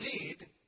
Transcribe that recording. need